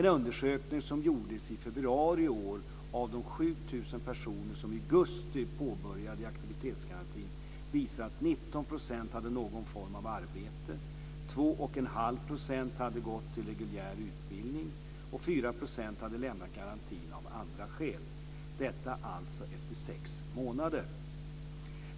En undersökning som gjordes i februari i år av de 7 000 personer som i augusti började i aktivitetsgarantin visar att 19 % hade någon form av arbete, 2 1⁄2 % hade gått till reguljär utbildning och 4 % hade lämnat garantin av andra skäl.